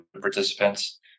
participants